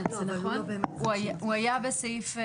הוא היה בסעיף,